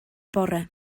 bore